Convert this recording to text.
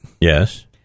Yes